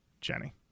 Jenny